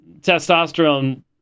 testosterone